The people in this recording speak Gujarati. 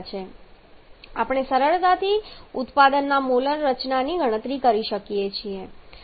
તેથી આપણે સરળતાથી ઉત્પાદનની મોલર રચનાની ગણતરી કરી શકીએ છીએ